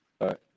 right